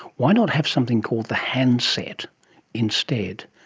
why not have something called the handset instead?